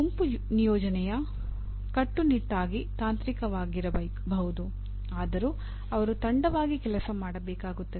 ಗುಂಪು ನಿಯೋಜನೆಯು ಕಟ್ಟುನಿಟ್ಟಾಗಿ ತಾಂತ್ರಿಕವಾಗಿರಬಹುದು ಆದರೂ ಅವರು ತಂಡವಾಗಿ ಕೆಲಸ ಮಾಡಬೇಕಾಗುತ್ತದೆ